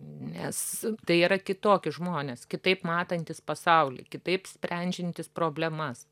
nes tai yra kitoki žmonės kitaip matantys pasaulį kitaip sprendžiantys problemas